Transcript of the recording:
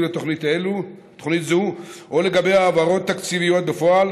לתוכנית זו או לגבי העברות תקציביות בפועל,